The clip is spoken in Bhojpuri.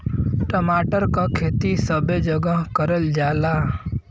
टमाटर क खेती सबे जगह करल जाला